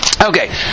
Okay